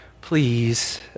please